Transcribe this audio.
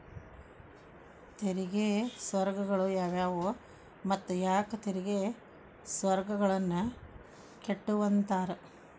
ತೆರಿಗೆ ಸ್ವರ್ಗಗಳು ಯಾವುವು ಮತ್ತ ಯಾಕ್ ತೆರಿಗೆ ಸ್ವರ್ಗಗಳನ್ನ ಕೆಟ್ಟುವಂತಾರ